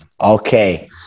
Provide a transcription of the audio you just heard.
Okay